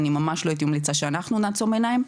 אני ממש לא הייתי ממליצה שאנחנו נעצום עיניים,